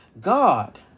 God